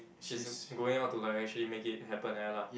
she's going out to like actually make it happen like that lah